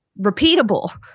repeatable